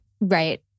Right